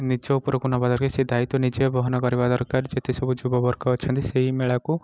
ନିଜ ଉପରକୁ ନେବା ଦରକାର ସେ ଦାୟତ୍ଵ ନିଜେ ବହନ କରିବା ଦରକାର ଯେତେ ସବୁ ଯୁବବର୍ଗ ଅଛନ୍ତି ସେହି ମେଳାକୁ